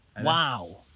Wow